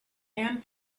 and